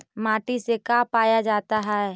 माटी से का पाया जाता है?